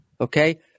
okay